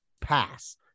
pass